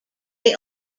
they